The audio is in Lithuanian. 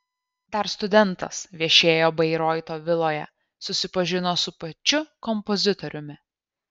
dar studentas viešėjo bairoito viloje susipažino su pačiu kompozitoriumi